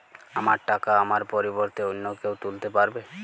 আমার টাকা আমার পরিবর্তে অন্য কেউ তুলতে পারবে?